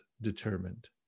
determined